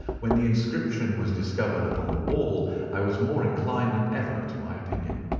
when the inscription was discovered upon the wall i was more inclined than ever to my opinion.